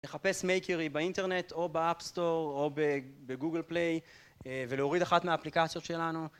לחפש Makery באינטרנט או באפסטור או בגוגל פליי ולהוריד אחת מהאפליקציות שלנו.